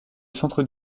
centre